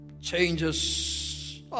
changes